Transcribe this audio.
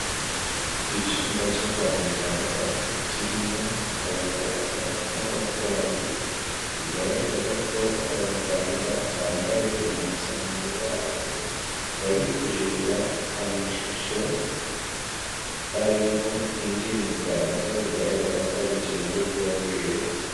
Ni icyumba cyo kwa muganga kirimo abaganga n'abarwayi bigaragara ko abaganga bambaye impuzankano yabo bari kureba amashusho arimo undi muganga bigaragara ko hari ikintu ari kubabwira.